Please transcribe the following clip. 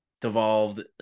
devolved